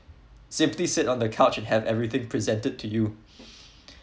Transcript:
simply sit on the couch and have everything presented to you